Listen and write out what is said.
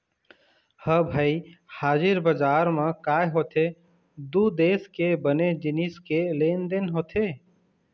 ह भई हाजिर बजार म काय होथे दू देश के बने जिनिस के लेन देन होथे